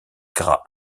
gras